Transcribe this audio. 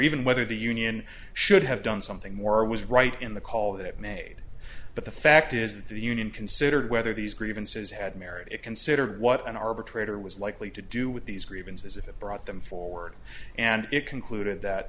whether the union should have done something more or was right in the call that it made but the fact is that the union considered whether these grievances had merit it considered what an arbitrator was likely to do with these grievances if it brought them forward and it concluded that